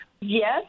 Yes